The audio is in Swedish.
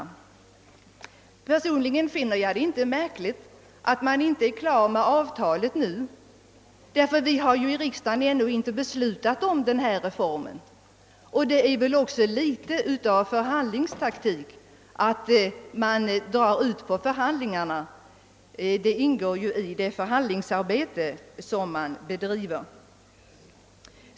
Personligen finner jag det inte märkligt att man inte är klar med avtalet nu; vi har ju ännu inte i riksdagen beslutat om denna reform. Och det är väl också litet av förhandlingstaktik att man drar ut på förhandlingarna; det ingår ju i det förhandlingsarbete man bedriver.